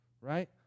right